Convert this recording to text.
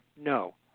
No